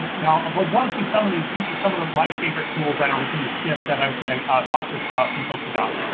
now, about ah ones you sell on these, these are some of my favorite tools that are within the sift that i was gonna talk to some folks about.